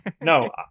No